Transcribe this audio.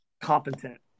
competent